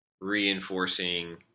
reinforcing